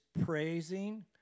praising